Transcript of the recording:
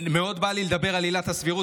מאוד בא לי לדבר על עילת הסבירות,